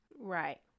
Right